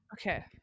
okay